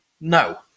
no